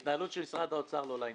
כל יהודי באשר הוא, ולא משנה,